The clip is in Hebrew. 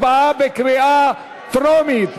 הצבעה בקריאה טרומית.